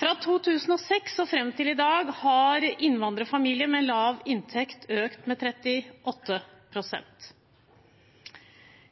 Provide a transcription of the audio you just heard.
Fra 2006 og fram til i dag har innvandrerfamilier med lav inntekt økt med 38 pst.